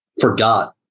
forgot